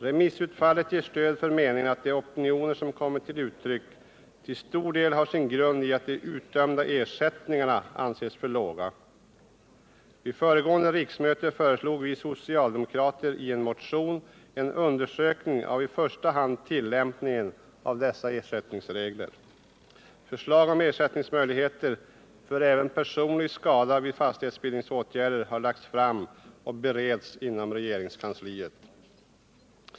Remissutfallet ger stöd för meningen att de opinioner som har kommit till uttryck till stor del har sin grund i att de utdömda ersättningarna anses för låga. Vid föregående riksmöte föreslog vi socialdemokrater i en motion en undersökning av i första hand tillämpningen av dessa ersättningsregler. Förslag om ersättningsmöjligheter för även personlig skada vid fastighetsbildningsåtgärder har lagts fram och bereds inom regeringskansliet.